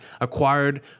acquired